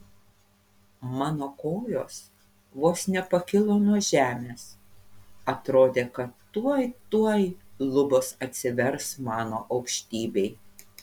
mano kojos vos nepakilo nuo žemės atrodė kad tuoj tuoj lubos atsivers mano aukštybei